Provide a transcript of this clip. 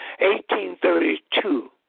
1832